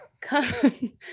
Come